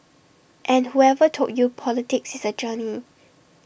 and whoever told you politics is A journey